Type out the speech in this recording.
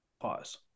Pause